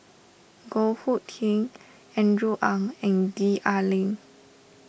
Goh Hood Keng Andrew Ang and Gwee Ah Leng